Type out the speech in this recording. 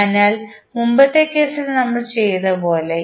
അതിനാൽ മുമ്പത്തെ കേസിൽ നമ്മൾ ചെയ്തതുപോലെ